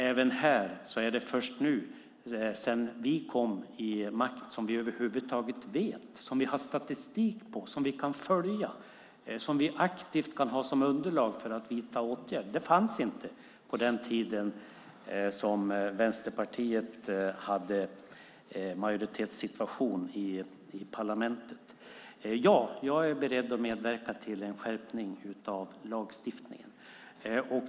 Även här är det först nu, sedan vi kom till makten, som vi över huvud taget har statistik som vi kan följa och aktivt ha som underlag för åtgärder. Detta fanns inte på den tid då Vänsterpartiet tillhörde majoriteten i parlamentet. Ja, jag är beredd att medverka till en skärpning av lagstiftningen.